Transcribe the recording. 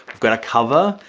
we've got a cover,